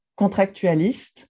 contractualiste